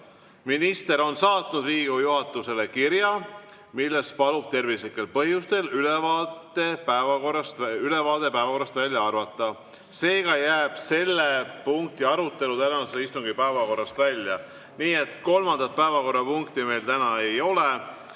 Minister on saatnud Riigikogu juhatusele kirja, milles palub tervislikel põhjustel ülevaade päevakorrast välja arvata. Seega jääb selle punkti arutelu tänase istungi päevakorrast välja. Nii et kolmandat päevakorrapunkti, mis on ülevaade